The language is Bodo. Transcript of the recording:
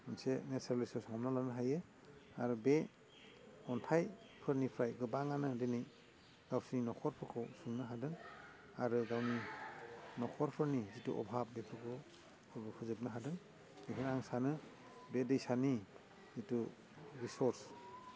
मोनसे नेचारेल रिसर्च हमना लानो हायो आरो बे अन्थाइफोरनिफ्राय गोबाङानो दिनै गावसिनि न'खरफोरखौ खुंनो हादों आरो गावनि नख'रफोरनि जिथु अभाब बेफोरखौ फोजोबनो हादों बेखायनो आं सानो बे दैसानि जिथु रिसर्च